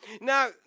Now